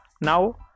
now